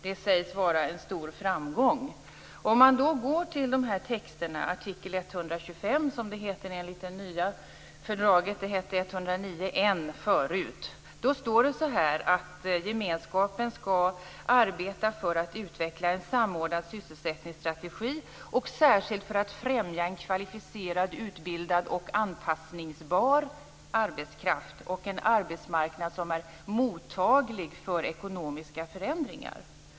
Det sägs också vara en stor framgång. I artikel 125 - som det heter enligt det nya fördraget, tidigare hette artikeln 109 n - står det: Gemenskapen skall arbeta för att utveckla en samordnad sysselsättningsstrategi och särskilt för att främja en kvalificerad, utbildad och anpassningsbar arbetskraft och en arbetsmarknad som är mottaglig för ekonomiska förändringar.